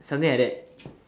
something like that